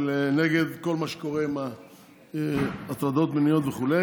ונגד כל מה שקורה עם הטרדות מיניות וכו'.